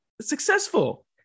successful